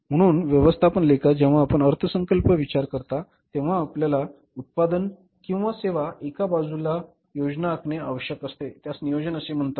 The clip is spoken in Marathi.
म्हणून व्यवस्थापन लेखा जेव्हा आपण अर्थसंकल्पाचा विचार करता तेव्हा आपल्याला उत्पादन किंवा सेवा एका बाजूला योजना आखणे आवश्यक असते त्यास नियोजन असे म्हणतात